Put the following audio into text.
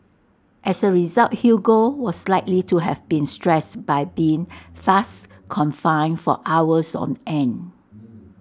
as A result Hugo was likely to have been stressed by being thus confined for hours on end